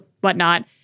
whatnot